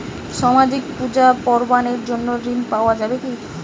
সামাজিক পূজা পার্বণ এর জন্য ঋণ পাওয়া যাবে কি?